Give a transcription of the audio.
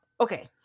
okay